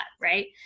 right